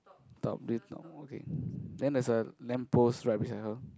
top okay then there's a lamp post right beside her